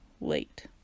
late